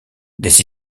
des